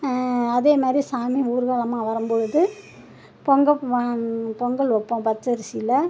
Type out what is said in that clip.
அதே மாதிரி சாமி ஊர்கோலமா வரும் பொழுது பொங்க பொங்கல் வைப்போம் பச்சரிசியில்